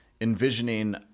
envisioning